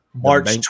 March